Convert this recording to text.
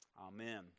Amen